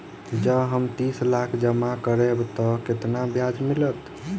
जँ हम तीस लाख जमा करबै तऽ केतना ब्याज मिलतै?